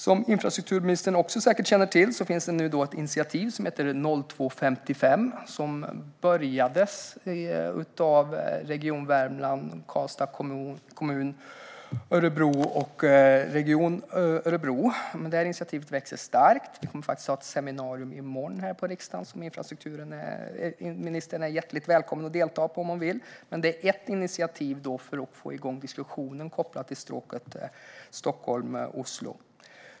Som infrastrukturministern säkert känner till finns ett initiativ som heter 2.55 och som påbörjades av Region Värmland, Karlstads kommun och Region Örebro. Initiativet växer starkt. Vi ska ha ett seminarium här i riksdagen i morgon, som infrastrukturministern är hjärtligt välkommen att delta i om hon vill. Detta är ett initiativ för att få igång diskussionen, kopplat till stråket Stockholm-Oslo.